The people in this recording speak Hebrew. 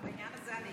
בעניין הזה אני